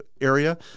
area